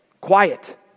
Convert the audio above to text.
Quiet